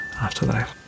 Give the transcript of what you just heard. Afterlife